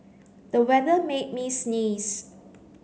the weather made me sneeze